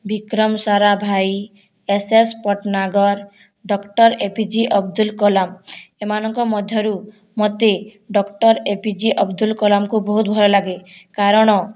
Bikram Sarabhai S S Bhatnagar doctor A P J Abdul Kalam ଏମାନଙ୍କ ମଧ୍ୟରୁ ମୋତେ doctor A P J Abdul କଲାମଙ୍କୁ ବହୁତ ଭଲ ଲାଗେ କାରଣ